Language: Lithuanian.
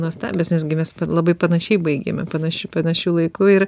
nuostabios nes gi mes labai panašiai baigėme panašiu panašiu laiku ir